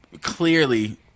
clearly